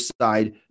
side